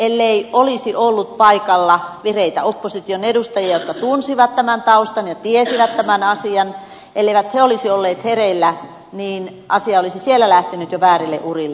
ellei olisi ollut paikalla vireitä opposition edustajia jotka tunsivat tämän taustan ja tiesivät tämän asian elleivät he olisi olleet hereillä niin asia olisi siellä lähtenyt jo väärille urille